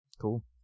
Cool